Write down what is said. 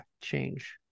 change